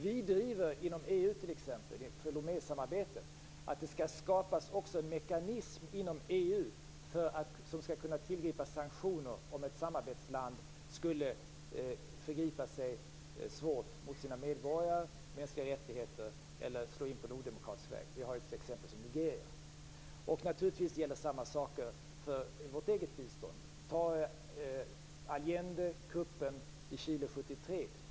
Vi driver t.ex. inom EU inför Lomésamarbetet att det också skall skapas mekanism inom EU för att man skall kunna tillgripa sanktioner om ett samarbetsland skulle förgripa sig svårt mot sina medborgare vad gäller mänskliga rättigheter eller slå in på en odemokratisk väg. Vi har här ett sådant exempel som Nigeria. Naturligtvis gäller samma saker för vårt eget bistånd. Man kan som exempel ta Allende och kuppen i Chile 1973.